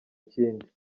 kindi